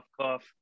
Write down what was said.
cough